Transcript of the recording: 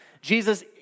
Jesus